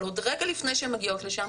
אבל רגע לפני שהן מגיעות לשם,